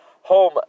home